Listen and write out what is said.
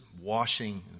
washing